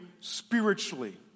spiritually